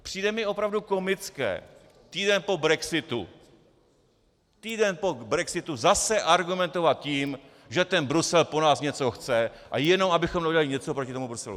Přijde mi opravdu komické týden po brexitu, týden po brexitu zase argumentovat tím, že ten Brusel po nás něco chce a jenom abychom neudělali něco proti tomu Bruselu.